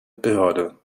behörde